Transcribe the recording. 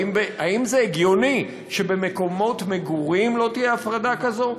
האם זה הגיוני שבמקומות מגורים לא תהיה הפרדה כזאת?